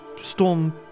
Storm